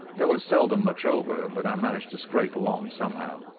there was seldom much over, but i managed to scrape along somehow.